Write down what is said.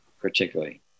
particularly